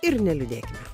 ir neliūdėkime